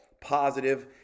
positive